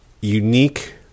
unique